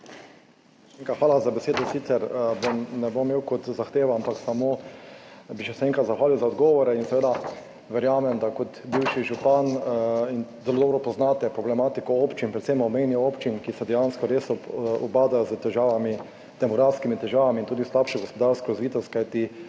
hvala za besedo. Sicer ne bom imel kot zahtevo, ampak bi se samo še enkrat zahvalil za odgovore. Verjamem, da kot bivši župan zelo dobro poznate problematiko občin, predvsem obmejnih občin, ki se dejansko res ubadajo z demografskimi težavami in tudi slabšo gospodarsko razvitostjo, kajti